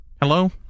Hello